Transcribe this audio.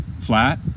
flat